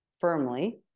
firmly